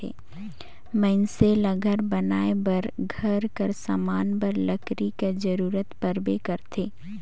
मइनसे ल घर बनाए बर, घर कर समान बर लकरी कर जरूरत परबे करथे